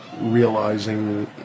realizing